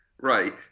Right